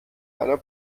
einer